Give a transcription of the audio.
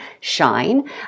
shine